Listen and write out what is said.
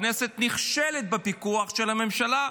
הכנסת נכשלת בפיקוח על הממשלה.